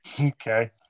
Okay